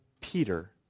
Peter